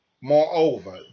moreover